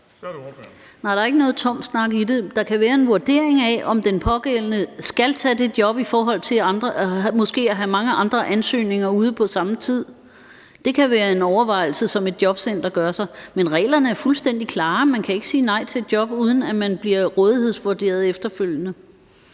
der er ikke noget tom snak i det. Der kan være en vurdering af, om den pågældende skal tage det job i forhold til at have mange andre ansøgninger ude på samme tid. Det kan være en overvejelse, som et jobcenter gør sig. Men reglerne er fuldstændig klare. Man kan ikke sige nej til et job, uden at man bliver rådighedsvurderet efterfølgende.